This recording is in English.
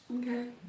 Okay